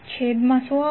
છેદમાં શું આવશે